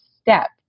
step